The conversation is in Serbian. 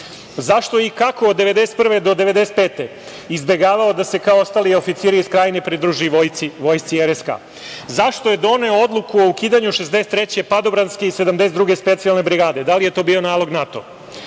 je i kako od 1991. do 1995. godine izbegavao da se kao ostali oficiri iz Krajine pridruži vojsci RSK?Zašto je doneo odluku o ukidanju 63. padobranske i 72. specijalne brigade? Da li je to bio nalog